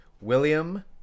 William